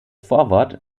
vorwort